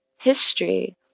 history